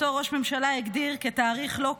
שאותו ראש הממשלה הגדיר כתאריך לא קדוש,